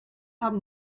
haben